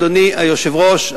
אדוני היושב-ראש,